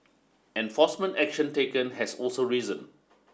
enforcement action taken has also risen